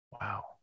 wow